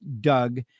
Doug